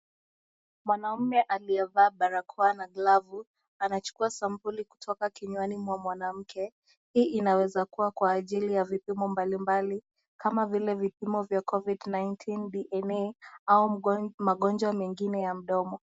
Mwanaume aliyevalia barakoa na glovu anachukua sampuli kutoka kinywani mwa mwanamke. Hii inaweza kuwa kwa ajili ya vipimo mbalimbali kama vile vipimo vya Covid-19 DNA au magonjwa mengine ya mdomo.